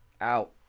out